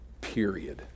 Period